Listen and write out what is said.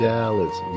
Dallas